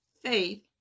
faith